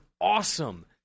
awesome